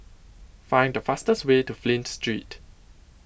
Find The fastest Way to Flint Street